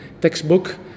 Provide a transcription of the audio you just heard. textbook